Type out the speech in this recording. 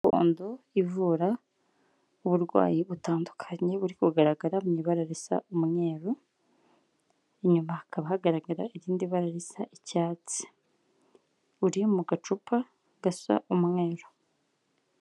Imiti gakondo ivura uburwayi butandukanye, buri kugaragara mu ibara risa umweru, inyuma hakaba hagaragara irindi bara risa icyatsi, uri mu gacupa gasa umweru.